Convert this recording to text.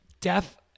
deaf